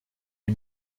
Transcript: die